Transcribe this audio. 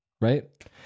Right